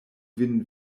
vin